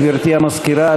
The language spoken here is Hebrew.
גברתי המזכירה,